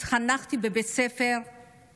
התחנכתי בבית ספר יסודי